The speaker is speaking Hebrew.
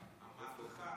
כנסת נכבדה,